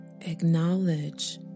Acknowledge